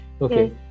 Okay